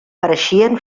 pareixien